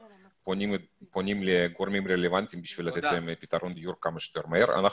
פונים לגורמים הרלוונטיים כדי לתת להם פתרון דיור כמה שיותר מהר.